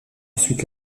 ensuite